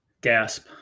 gasp